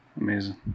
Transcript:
amazing